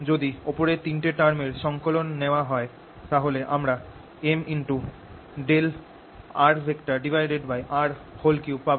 যদি ওপরের 3 তে টার্ম র সঙ্কলন নেয়া হয় তাহলে আমরা m পাব